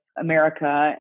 America